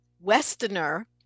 westerner